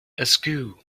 askew